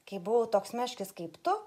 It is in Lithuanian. kai buvau toks meškis kaip tu